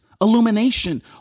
illumination